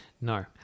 No